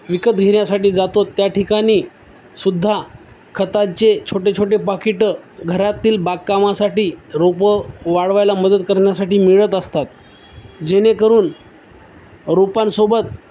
विकत घेण्यासाठी जातोत त्या ठिकाणीस सुद्धा खताचे छोटे छोटे पाकीटं घरातील बागकामासाठी रोपं वाढवायला मदत करण्या्साठी मिळत असतात जेणेकरून रोपांसोबत